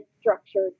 structured